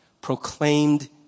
proclaimed